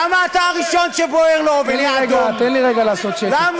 שקצב האנס יחזור ללשכת הנשיא?